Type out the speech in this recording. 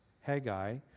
Haggai